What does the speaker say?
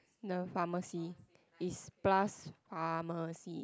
the pharmacy is plus pharmacy